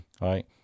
right